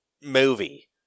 movie